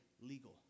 legal